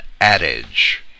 adage